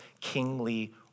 kingly